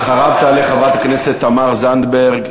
אחריו תעלה חברת הכנסת תמר זנדברג,